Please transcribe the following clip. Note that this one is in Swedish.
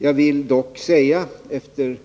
Jag vill dock efter